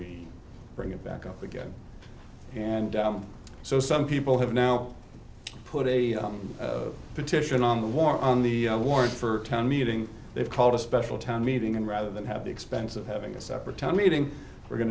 we bring it back up again and so some people have now put a petition on the war on the war for a town meeting they've called a special town meeting and rather than have the expense of having a separate town meeting we're going